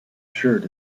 shirt